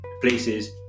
places